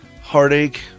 heartache